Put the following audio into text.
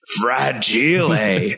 Fragile